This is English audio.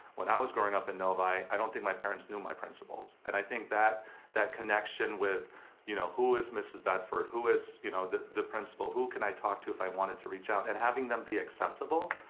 when i was growing up in novi, i don't think my parents knew my principals. and i think that that connection with you know who is mrs. bedford, who is you know the the principal, who can i talk to if i wanted to reach out, and having them be accessible.